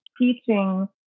teaching